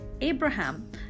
Abraham